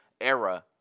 era